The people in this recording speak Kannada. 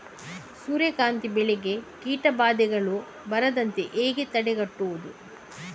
ಸೂರ್ಯಕಾಂತಿ ಬೆಳೆಗೆ ಕೀಟಬಾಧೆಗಳು ಬಾರದಂತೆ ಹೇಗೆ ತಡೆಗಟ್ಟುವುದು?